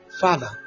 Father